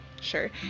sure